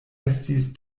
estis